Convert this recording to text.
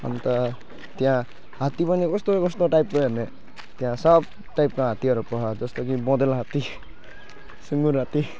अन्त त्यहाँ हात्ती पनि कस्तो कस्तो टाइपको हेर्ने त्यहाँ सब टाइपको हात्तीहरू पख जस्तो कि बँदेल हात्ती सुँगुर हात्ती